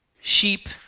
Sheep